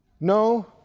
No